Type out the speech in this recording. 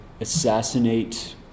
assassinate